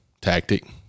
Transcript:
tactic